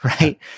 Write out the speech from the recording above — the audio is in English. right